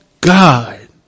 God